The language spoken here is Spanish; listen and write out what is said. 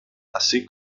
así